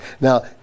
now